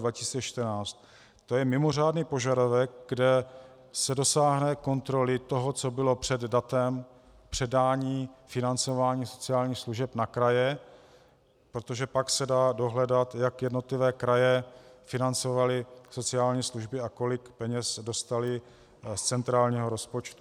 To je mimořádný požadavek, kde se dosáhne kontroly toho, co bylo před datem předání financování sociálních služeb na kraje, protože pak se dá dohledat, jak jednotlivé kraje financovaly sociální služby a kolik peněz dostaly z centrálního rozpočtu.